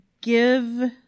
give